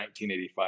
1985